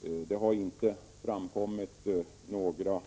det inte har framkommit några